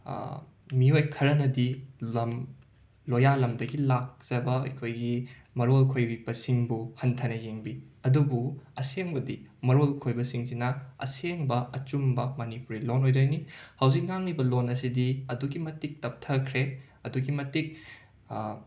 ꯃꯤꯑꯣꯏ ꯈꯔꯅꯗꯤ ꯂꯝ ꯂꯣꯌꯥꯂꯝꯗꯒꯤ ꯂꯥꯛꯆꯕ ꯑꯩꯈꯣꯏꯒꯤ ꯃꯔꯣꯜ ꯈꯣꯏꯕꯤꯕꯁꯤꯡꯕꯨ ꯍꯟꯊꯅ ꯌꯦꯡꯕꯤ ꯑꯗꯨꯕꯨ ꯑꯁꯦꯡꯕꯗꯤ ꯃꯔꯣꯜ ꯈꯣꯏꯕꯁꯤꯡꯁꯤꯅ ꯑꯁꯦꯡꯕ ꯑꯆꯨꯝꯕ ꯃꯅꯤꯄꯨꯔꯤ ꯂꯣꯟ ꯑꯣꯏꯗꯣꯏꯅꯤ ꯍꯧꯖꯤꯛ ꯉꯥꯡꯂꯤꯕ ꯂꯣꯟ ꯑꯁꯤꯗꯤ ꯑꯗꯨꯛꯀꯤ ꯃꯇꯤꯛ ꯇꯞꯊꯈ꯭ꯔꯦ ꯑꯗꯨꯛꯀꯤ ꯃꯇꯤꯛ